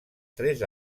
tres